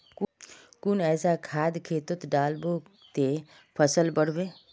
कुन ऐसा खाद खेतोत डालबो ते फसल बढ़बे?